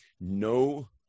no